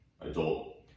adult